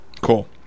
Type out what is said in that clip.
cool